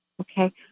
okay